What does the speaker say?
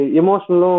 emotional